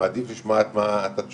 מעדיף לשמוע את התשובות.